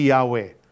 Yahweh